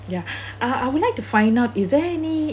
yeah uh I would like to find out is there any